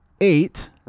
eight